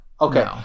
Okay